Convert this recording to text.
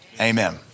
Amen